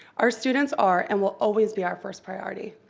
our students are, and will always be, our first priority.